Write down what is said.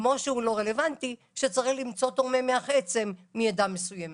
כמו שהוא לא רלוונטי כשצריך למצוא תורמי מח עצם מעדה מסוימת.